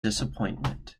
disappointment